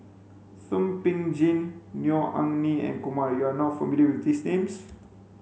Thum Ping Tjin Neo Anngee and Kumar you are not familiar with these names